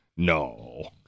No